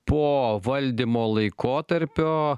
po valdymo laikotarpio